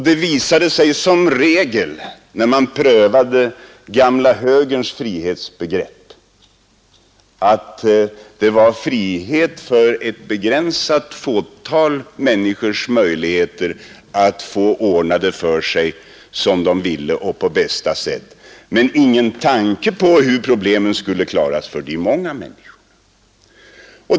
Det visade sig som regel, när man prövade gamla högerns frihetsbegrepp, att det var frihet för ett begränsat fåtal människor att ordna för sig som de ville och på bästa sätt, men ingen tanke på hur problemet skulle klaras för de många människorna.